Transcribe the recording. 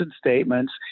statements